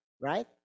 right